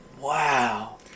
Wow